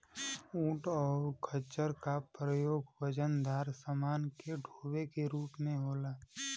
ऊंट और खच्चर का प्रयोग वजनदार समान के डोवे के रूप में होला